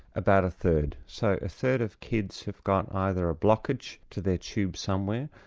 about a third. so a third of kids have got either a blockage to their tubes somewhere,